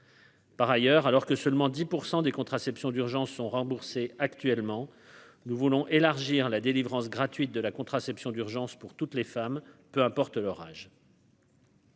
Par ailleurs, alors que seulement 10 % des contraceptions d'urgence sont remboursés actuellement nous voulons élargir la délivrance gratuite de la contraception d'urgence pour toutes les femmes, peu importe l'orage.